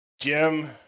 Jim